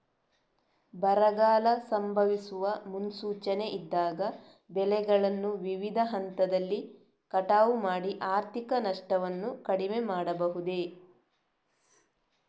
ಬರಗಾಲ ಸಂಭವಿಸುವ ಮುನ್ಸೂಚನೆ ಇದ್ದಾಗ ಬೆಳೆಗಳನ್ನು ವಿವಿಧ ಹಂತದಲ್ಲಿ ಕಟಾವು ಮಾಡಿ ಆರ್ಥಿಕ ನಷ್ಟವನ್ನು ಕಡಿಮೆ ಮಾಡಬಹುದೇ?